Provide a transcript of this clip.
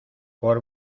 por